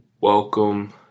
welcome